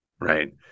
Right